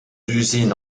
usines